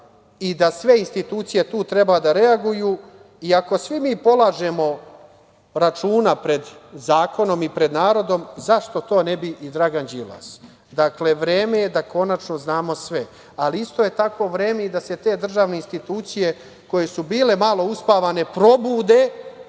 i da sve institucije tu treba da reaguju. Ako svi mi polažemo računa pred zakonom i pred narodom, zašto to ne bi i Dragan Đilas. Dakle, vreme je da konačno znamo sve. Ali, isto tako je i vreme da državne institucije, koje su bile malo uspavane, probude,